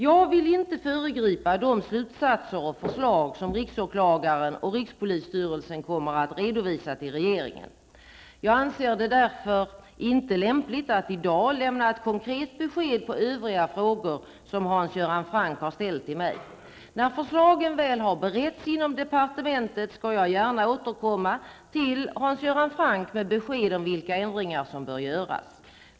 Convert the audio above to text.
Jag vill inte föregripa de slutsatser och förslag som riksåklagaren och rikspolisstyrelsen kommer att redovisa till regeringen. Jag anser därför att det inte är lämpligt att i dag lämna konkreta besked om övriga frågor som Hans Göran Franck har ställt till mig. När förslagen väl har beretts inom departementet skall jag gärna återkomma till Hans Göran Franck med besked om vilka ändringar som bör göras.